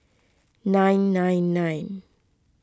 nine nine nine